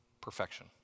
perfection